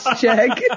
check